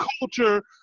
culture